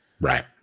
Right